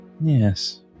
Yes